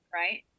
right